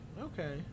Okay